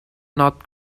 not